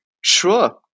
sure